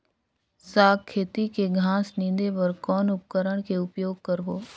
साग खेती के घास निंदे बर कौन उपकरण के उपयोग करबो?